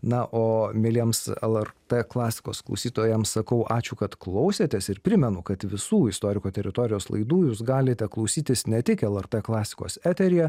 na o mieliems lrt klasikos klausytojams sakau ačiū kad klausėtės ir primenu kad visų istoriko teritorijos laidų jūs galite klausytis ne tik lrt klasikos eteryje